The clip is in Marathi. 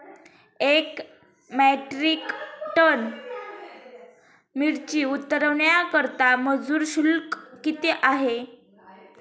एक मेट्रिक टन मिरची उतरवण्याकरता मजूर शुल्क किती आहे?